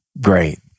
great